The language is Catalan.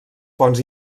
fonts